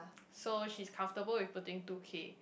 so she's comfortable with putting two K